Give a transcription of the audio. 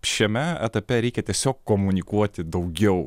šiame etape reikia tiesiog komunikuoti daugiau